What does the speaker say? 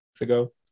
ago